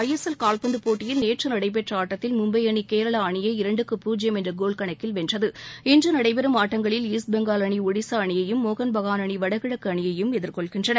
ஐ S L கால்பந்து போடடியில் நேற்று நடைபெற்ற ஆட்டத்தில் மும்பை அணி கேரளா அணியை இரண்டுக்கு பூஜ்ஜியம் என்ற கோல் கணக்கில் வென்றது இன்று நடைபெறும் ஆட்டங்களில் ஈஸ்ட் பெங்கால் அணி ஒடிசா அணியையும் மோகன்பகான் அணி வடகிழக்கு அணியையும் எதிர்கொள்கின்றன